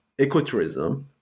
ecotourism